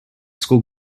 school